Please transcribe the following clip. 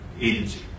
agency